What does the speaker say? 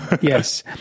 yes